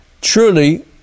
truly